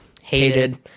hated